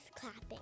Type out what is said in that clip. clapping